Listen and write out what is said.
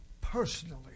personally